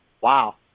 Wow